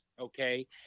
okay